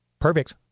Perfect